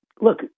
look